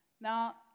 Now